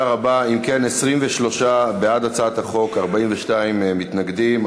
אם כן, 23 בעד הצעת החוק, 42 מתנגדים.